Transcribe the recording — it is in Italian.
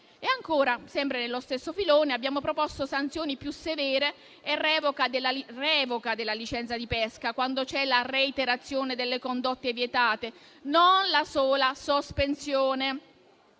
Ancora, sempre nello stesso filone, abbiamo proposto sanzioni più severe e revoca della licenza di pesca quando c'è la reiterazione delle condotte vietate, non la sola sospensione.